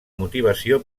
motivació